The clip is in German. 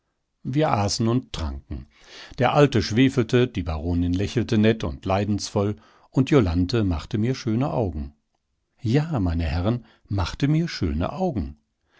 wir aßen und tranken der alte schwefelte die baronin lächelte nett und leidensvoll und jolanthe machte mir schöne augen ja meine herren machte mir schöne augen